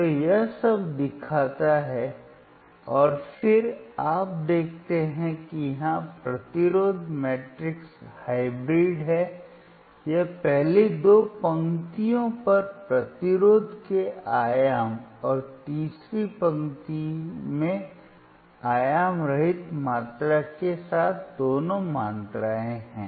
तो यह सब दिखाता है और फिर आप देखते हैं कि यहां प्रतिरोध मैट्रिक्स हाइब्रिड है यह पहली दो पंक्तियों पर प्रतिरोध के आयाम और तीसरी पंक्ति में आयाम रहित मात्रा के साथ दोनों मात्राएँ हैं